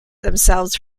themselves